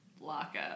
lockup